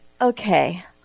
okay